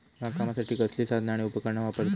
बागकामासाठी कसली साधना आणि उपकरणा वापरतत?